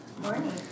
morning